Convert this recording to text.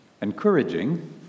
encouraging